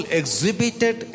exhibited